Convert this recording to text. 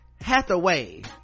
hathaway